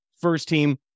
first-team